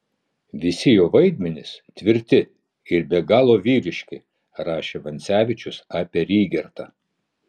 visi jo vaidmenys tvirti ir be galo vyriški rašė vancevičius apie rygertą